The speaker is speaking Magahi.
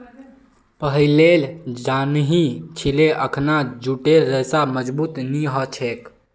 पहिलेल जानिह छिले अखना जूटेर रेशा मजबूत नी ह छेक